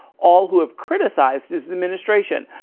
all who have criticized his his administration.